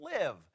live